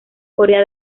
corea